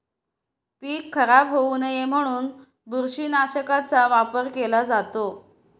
पीक खराब होऊ नये म्हणून बुरशीनाशकाचा वापर केला जातो